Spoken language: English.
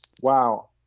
Wow